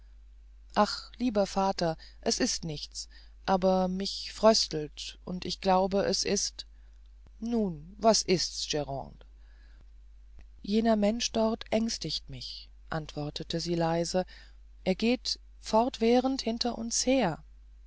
ach lieber vater es ist nichts aber mich fröstelt und ich glaube es ist nun was ist's grande jener mensch dort ängstigt mich antwortete sie leise er geht fortwährend hinter uns her